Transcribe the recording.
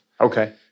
Okay